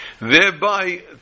thereby